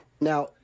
Now